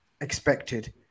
expected